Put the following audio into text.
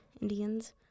Indians